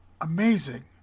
amazing